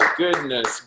goodness